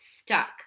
stuck